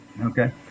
okay